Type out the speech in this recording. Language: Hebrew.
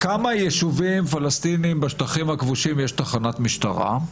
בכמה יישובים פלשתינים בשטחים הכבושים יש תחנת משטרה,